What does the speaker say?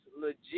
legit